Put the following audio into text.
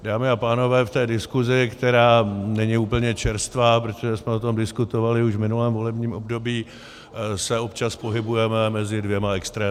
Dámy a pánové, v té diskusi, která není úplně čerstvá, protože jsme o tom diskutovali už v minulém volebním období, se občas pohybujeme mezi dvěma extrémy.